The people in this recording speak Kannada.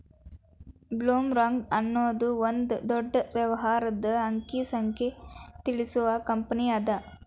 ಬ್ಲೊಮ್ರಾಂಗ್ ಅನ್ನೊದು ಒಂದ ದೊಡ್ಡ ವ್ಯವಹಾರದ ಅಂಕಿ ಸಂಖ್ಯೆ ತಿಳಿಸು ಕಂಪನಿಅದ